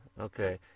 Okay